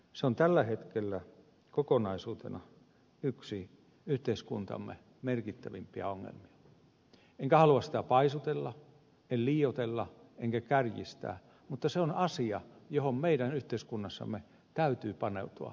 se on tällä hetkellä kokonaisuutena yksi yhteiskuntamme merkittävimpiä ongelmia enkä halua sitä paisutella en liioitella enkä kärjistää mutta se on asia johon meidän yhteiskunnassamme täytyy paneutua eri toimenpitein